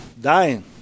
dying